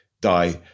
die